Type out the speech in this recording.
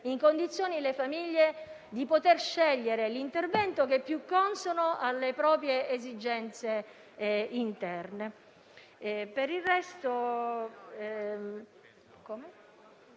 in condizioni le famiglie di poter scegliere l'intervento più consono alle proprie esigenze interne.